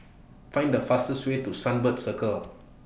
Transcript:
Find The fastest Way to Sunbird Circle